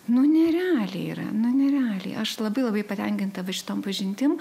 nu nerealiai yra nu nerealiai aš labai labai patenkinta va šitom pažintim